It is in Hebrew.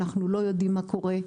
אנחנו לא יודעים מה קורה,